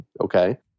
okay